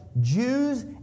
Jews